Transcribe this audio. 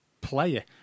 player